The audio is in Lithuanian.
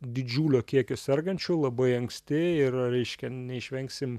didžiulio kiekio sergančių labai anksti ir reiškia neišvengsim